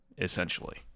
essentially